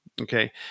Okay